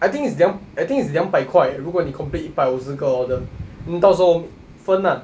I think it's 两 I think it's 两百块 eh 如果你 complete 一百五十个 order 到时候分 ah